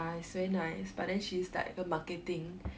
ya it's very nice but then she's like the marketing